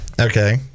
okay